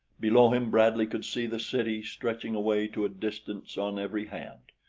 below him bradley could see the city stretching away to a distance on every hand.